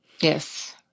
Yes